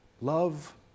Love